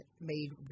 made